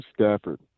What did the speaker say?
Stafford